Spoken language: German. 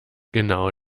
genau